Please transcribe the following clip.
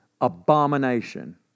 abomination